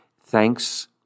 Thanks